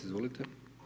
Izvolite.